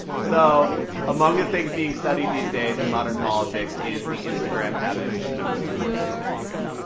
so among the things being studied these days in modern politics is the instagram habits of members of congress. there you go.